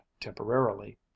temporarily